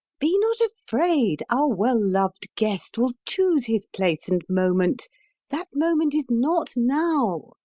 be not afraid, our well-loved guest will choose his place and moment that moment is not now.